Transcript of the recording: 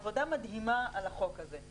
באמת הייתה כאן עבודה מדהימה על החוק הזה.